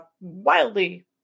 wildly